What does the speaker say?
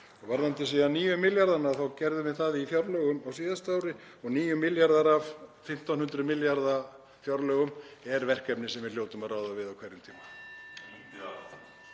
Varðandi síðan 9 milljarðana þá gerðum við það í fjárlögum á síðasta ári og 9 milljarðar af 1.500 milljarða kr. fjárlögum er verkefni sem við hljótum að ráða við á hverjum tíma.